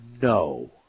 no